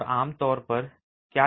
और आमतौर पर क्या किया जाता है